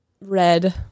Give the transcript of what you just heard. Red